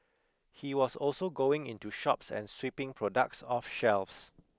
he was also going into shops and sweeping products off shelves